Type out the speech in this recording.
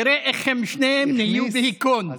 תראה איך הם שניהם נהיו בהיכון.